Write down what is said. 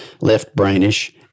left-brainish